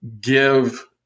give